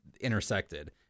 intersected